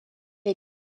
les